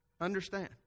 Understand